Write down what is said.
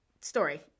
story